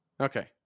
Okay